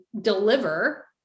deliver